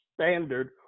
standard